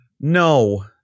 No